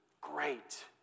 great